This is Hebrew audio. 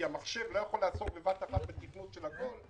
כי המחשב לא יכול לעסוק בבת אחת בקידוד של הכול,